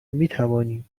میتوانیم